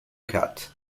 cats